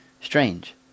strange